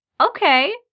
Okay